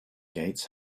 gates